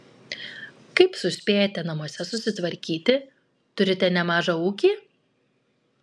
kaip suspėjate namuose susitvarkyti turite nemažą ūkį